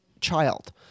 child